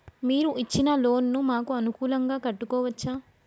మీరు ఇచ్చిన లోన్ ను మాకు అనుకూలంగా కట్టుకోవచ్చా?